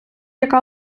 яка